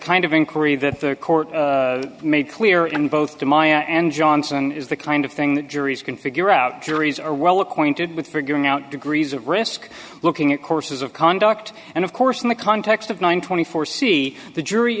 kind of inquiry that the court made clear and both to maya and johnson is the kind of thing that juries can figure out juries are well acquainted with figuring out degrees of risk looking at courses of conduct and of course in the context of nine twenty four c the jury